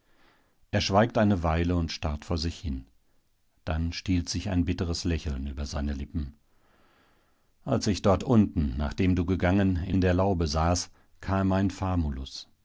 er schweigt eine weile und starrt vor sich hin dann stiehlt sich ein bitteres lächeln über seine lippen als ich dort unten nachdem du gegangen in der laube saß kam mein